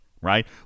right